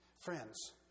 Friends